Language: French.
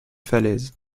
falaise